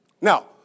Now